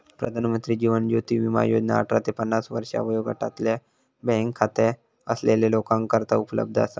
प्रधानमंत्री जीवन ज्योती विमा योजना अठरा ते पन्नास वर्षे वयोगटातल्या बँक खाता असलेल्या लोकांकरता उपलब्ध असा